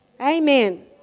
Amen